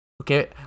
Okay